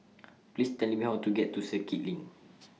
Please Tell Me How to get to Circuit LINK